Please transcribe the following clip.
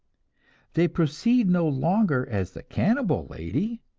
they proceed no longer as the cannibal lady,